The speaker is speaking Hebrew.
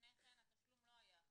לפני כן התשלום לא היה אחיד,